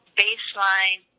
baseline